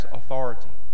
authority